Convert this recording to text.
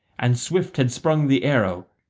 and swift had sprung the arrow,